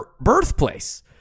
birthplace